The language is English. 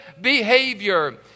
behavior